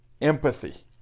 empathy